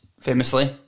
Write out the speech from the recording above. famously